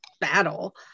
battle